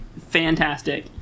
fantastic